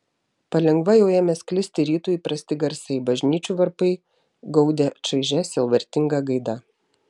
palengva jau ėmė sklisti rytui įprasti garsai bažnyčių varpai gaudė šaižia sielvartinga gaida